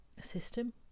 system